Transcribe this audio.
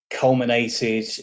Culminated